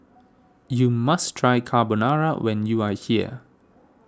you must try Carbonara when you are here